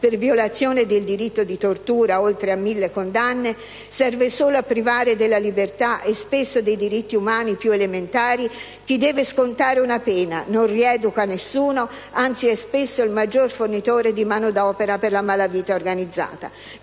con riferimento al reato di tortura (oltre 1.000 condanne), serve solo a privare della libertà e spesso dei diritti umani più elementari chi deve scontare una pena, non rieduca nessuno, anzi è spesso il maggior fornitore di manodopera per la malavita organizzata.